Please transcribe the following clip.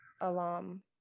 alarm